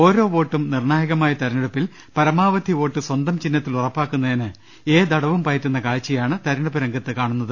ഓരോ വോട്ടും നിർണായകമായ തിരഞ്ഞെടുപ്പിൽ പരമാവധി വോട്ട് സ്വന്തം ചിഹ്നത്തിൽ ഉറപ്പാക്കുന്നതിന് ഏതടവും പയറ്റുന്ന കാഴ്ച്ചയാണ് തെരഞ്ഞെടുപ്പ് രംഗത്ത് കാണുന്നത്